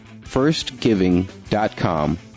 firstgiving.com